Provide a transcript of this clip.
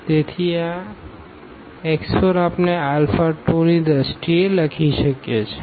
તેથી આ x 4 આપણે આલ્ફા 2 ની દ્રષ્ટિએ લખી શકીએ છીએ